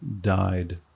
died